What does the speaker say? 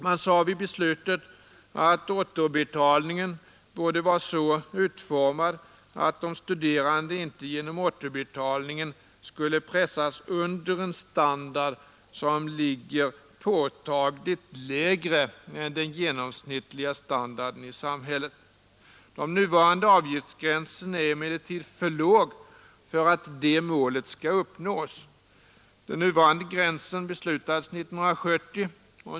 Man sade vid beslutets fattande att återbetalningen borde vara så utformad, att de studerande inte genom återbetalningen skulle pressas under en standard som ligger påtagligt lägre än den genomsnittliga standarden i samhället. Den nuvarande avgiftsgränsen är emellertid för låg för att det målet skall kunna uppnås. Den nuvarande gränsen beslutades 1970.